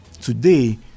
Today